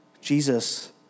Jesus